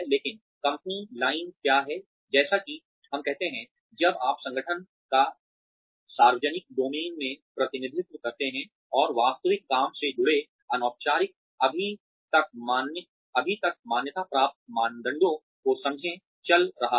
लेकिन company line क्या है जैसा कि हम कहते हैं जब आप संगठन का सार्वजनिक डोमेन में प्रतिनिधित्व करते हैं और वास्तविक काम से जुड़े अनौपचारिक अभी तक मान्यता प्राप्त मानदंडों को समझें चल रहा है